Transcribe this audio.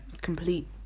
complete